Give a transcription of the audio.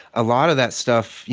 a lot of that stuff, you